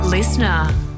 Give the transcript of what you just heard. Listener